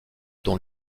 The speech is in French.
dont